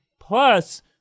Plus